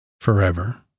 forever